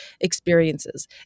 experiences